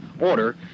order